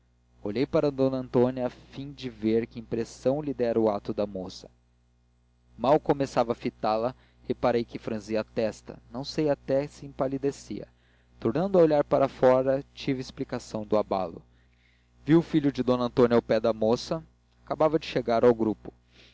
olhei para d antônia a fim de ver que impressão lhe dera o ato da moça mal começava a fitá la reparei que franzia a testa não sei até se empalidecia tornando a olhar para fora tive explicação do abalo vi o filho de d antônia ao pé da moça acabava de chegar ao grupo